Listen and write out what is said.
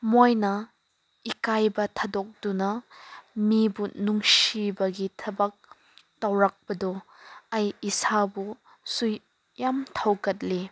ꯃꯣꯏꯅ ꯏꯀꯥꯏꯕ ꯊꯥꯗꯣꯛꯇꯨꯅ ꯃꯤꯕꯨ ꯅꯨꯡꯁꯤꯕꯒꯤ ꯊꯕꯛ ꯇꯧꯔꯛꯄꯗꯣ ꯑꯩ ꯏꯁꯥꯕꯨꯁꯨ ꯌꯥꯝ ꯊꯧꯒꯠꯂꯤ